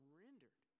rendered